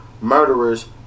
murderers